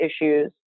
issues